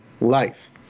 life